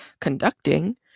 conducting